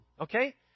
Okay